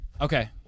Okay